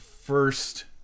First